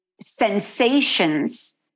sensations